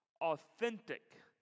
authentic